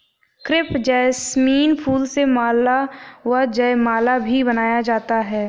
crepe jasmine फूल से माला व जयमाला भी बनाया जाता है